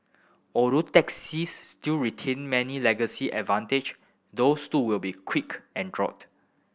although taxis still retain many legacy advantage those too will be quick erod